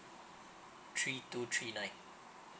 three two three nine